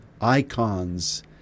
icons